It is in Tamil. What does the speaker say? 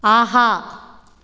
ஆஹா